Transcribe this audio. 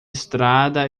estrada